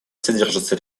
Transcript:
содержатся